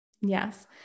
yes